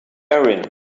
erin